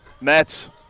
Mets